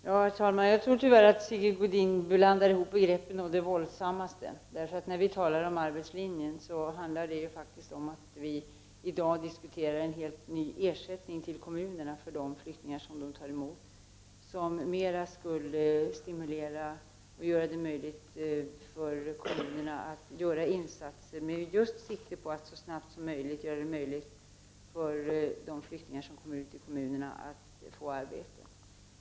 Herr talman! Jag tror tyvärr att Sigge Godin blandar ihop begreppen å det våldsammaste. När vi talar om arbetslinjen handlar det faktiskt om att vi i dag diskuterar en helt ny ersättning till kommunerna för de flyktingar som de tar emot, som mer skulle stimulera till och göra det möjligt förkommuner att göra insatser med sikte på att så snart möjligt se till att flyktingar får arbete.